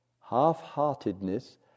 Half-heartedness